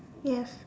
yes